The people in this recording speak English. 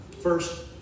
First